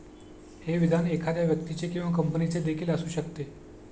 हे विधान एखाद्या व्यक्तीचे किंवा कंपनीचे देखील असू शकते